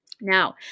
Now